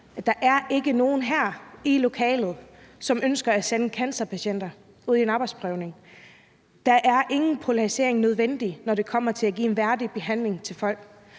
at der ikke er nogen her i lokalet, som ønsker at sende cancerpatienter ud i en arbejdsprøvning. Der er ingen polarisering, der er nødvendig, når det kommer til at give en værdig behandling til folk,